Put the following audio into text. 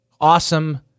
awesome